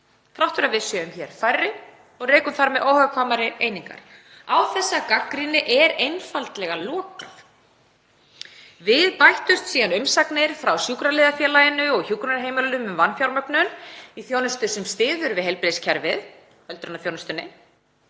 þrátt fyrir að við séum hér færri og rekum þar með óhagkvæmari einingar. Á þessa gagnrýni er einfaldlega lokað. Við bættust síðan umsagnir frá Sjúkraliðafélaginu og hjúkrunarheimilunum um vanfjármögnun í þjónustu sem styður við heilbrigðiskerfið, öldrunarþjónustuna.